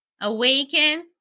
awaken